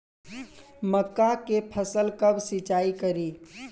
मका के फ़सल कब सिंचाई करी?